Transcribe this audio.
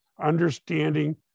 understanding